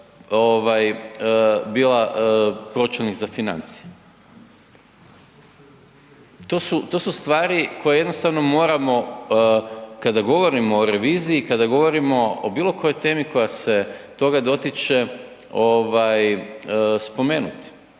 bila pročelnik za financije. To su stvari koje jednostavno moramo, kada govorimo o reviziji, kada govorimo o bilo kojoj temi koja se toga dotiče, spomenuti.